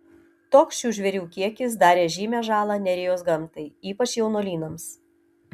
toks šių žvėrių kiekis darė žymią žalą nerijos gamtai ypač jaunuolynams